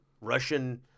Russian